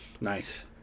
nice